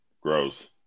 Gross